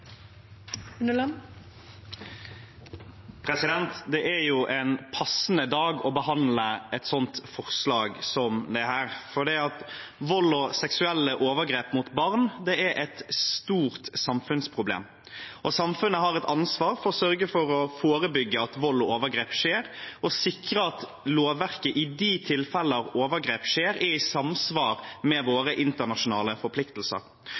en passende dag for å behandle et forslag som dette. Vold og seksuelle overgrep mot barn er et stort samfunnsproblem, og samfunnet har et ansvar for å sørge for å forebygge at vold og overgrep skjer, og sikre at lovverket i de tilfeller overgrep skjer, er i samsvar med våre internasjonale forpliktelser.